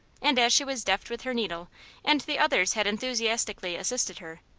and as she was deft with her needle and the others had enthusiastically assisted her,